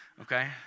okay